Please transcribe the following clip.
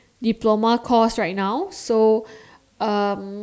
diploma course right now so um